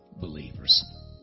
believers